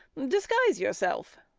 disguise yourself.